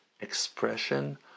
expression